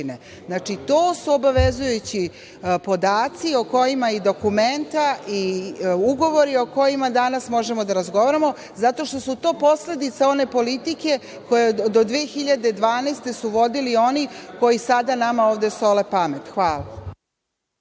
to su obavezujući podaci, i dokumenta, i ugovori o kojima danas možemo da razgovaramo zato što su to posledica one politike do 2012. godine koju su vodili oni koji sada nama ovde sole pamet. Hvala.